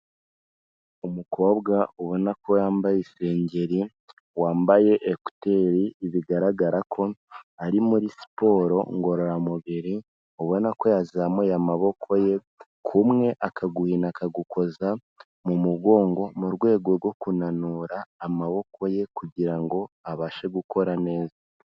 Umukobwa ubona ko yambaye isengeri, wambaye ekuteri, bigaragara ko ari muri siporo ngororamubiri, ubona ko yazamuye amaboko ye, kumwe akaguhina akagukoza mu mugongo, mu rwego rwo kunanura amaboko ye, kugira ngo abashe gukora neza.